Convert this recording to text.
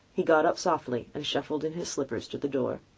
he got up softly and shuffled in his slippers to the door.